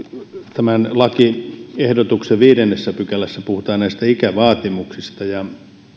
tämän lakiehdotuksen viidennessä pykälässä puhutaan ikävaatimuksista